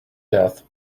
death